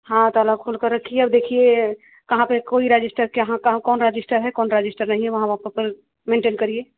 हाँ ताला खोल कर रखिए और देखिए कहाँ पर कोई रजिस्टर कहाँ कहाँ कौन रजिस्टर है कौन रजिस्टर नहीं है वहाँ वहाँ मेन्टेन करिए